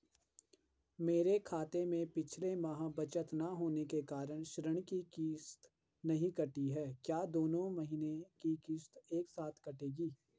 मेरे खाते में पिछले माह बचत न होने के कारण ऋण की किश्त नहीं कटी है क्या दोनों महीने की किश्त एक साथ कटेगी?